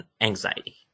anxiety